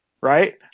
right